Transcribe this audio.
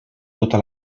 tota